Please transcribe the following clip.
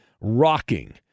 rocking